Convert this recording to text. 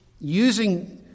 using